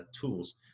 tools